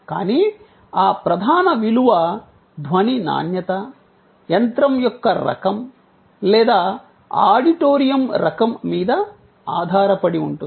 కానీ ఆ ప్రధాన విలువ ధ్వని నాణ్యత యంత్రం యొక్క రకం లేదా ఆడిటోరియం రకం మీద ఆధారపడి ఉంటుంది